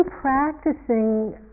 practicing